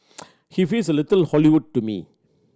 he feels little Hollywood to me